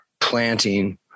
planting